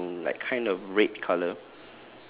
um like kind of red colour